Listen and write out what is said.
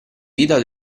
vita